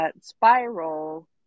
spiral